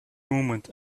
movement